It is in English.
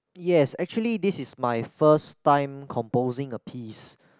yes actually this is my first time composing a piece